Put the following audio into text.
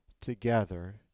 together